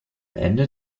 ende